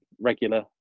regular